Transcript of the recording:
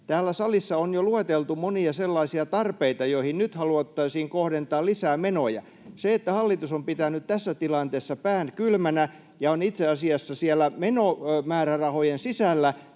Täällä salissa on jo lueteltu monia sellaisia tarpeita, joihin nyt haluttaisiin kohdentaa lisää menoja. Se, että hallitus on pitänyt tässä tilanteessa pään kylmänä ja on itse asiassa siellä menomäärärahojen sisällä